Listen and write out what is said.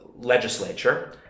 legislature